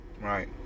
right